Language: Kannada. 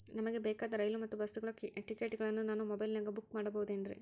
ನಮಗೆ ಬೇಕಾದ ರೈಲು ಮತ್ತ ಬಸ್ಸುಗಳ ಟಿಕೆಟುಗಳನ್ನ ನಾನು ಮೊಬೈಲಿನಾಗ ಬುಕ್ ಮಾಡಬಹುದೇನ್ರಿ?